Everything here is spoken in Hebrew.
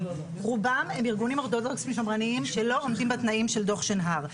רובם הם ארגונים אורתודוכסים שמרניים שלא עומדים בתנאים של דוח שנהר.